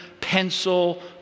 pencil